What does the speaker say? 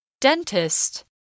Dentist